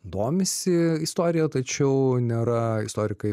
domisi istorija tačiau nėra istorikai